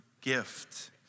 gift